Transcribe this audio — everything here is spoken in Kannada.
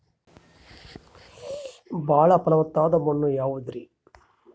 ಬಾಳ ಫಲವತ್ತಾದ ಮಣ್ಣು ಯಾವುದರಿ?